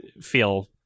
feel